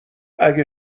اگه